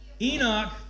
Enoch